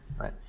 right